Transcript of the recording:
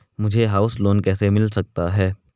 मुझे house loan कैसे मिल सकता है?